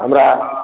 हमरा